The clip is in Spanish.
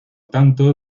tanto